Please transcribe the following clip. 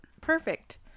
Perfect